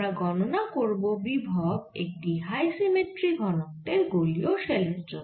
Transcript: আমরা গণনা করব বিভব একটি হাই সিমেট্রি ঘনত্বের গোলীয় শেলের জন্য